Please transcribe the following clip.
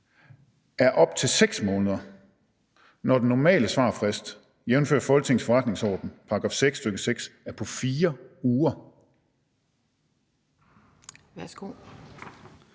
er op til 6 måneder, når den normale svarfrist, jf. Folketingets forretningsordens § 8, stk. 6, er på 4 uger?